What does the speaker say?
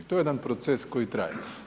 To je jedan proces koji traje.